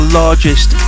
largest